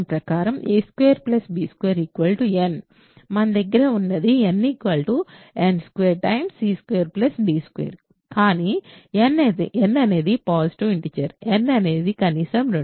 మన దగ్గర ఉన్నది n n 2 c 2 d 2 కానీ n అనేది పాజిటివ్ ఇంటిజెర్ n అనేది కనీసం 2